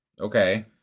Okay